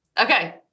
Okay